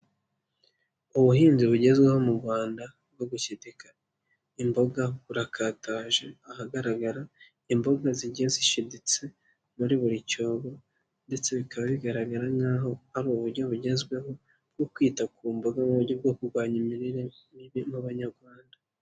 Ubuhinzi bugezweho mu Rwanda bwo gushyidika imboga burakataje, ahagaragara imboga zigiye zishinditse muri buri cyobo ndetse bikaba bigaragara nkaho ari uburyo bugezweho bwo kwita ku mboga mu buryo bwo kurwanya imirire mibi mu banyarwanda.